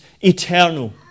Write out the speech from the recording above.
eternal